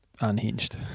unhinged